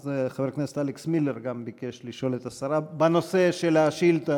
אז חבר הכנסת אלכס מילר גם כן ביקש לשאול את השרה בנושא של השאילתה.